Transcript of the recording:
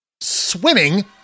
Swimming